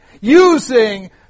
using